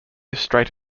straight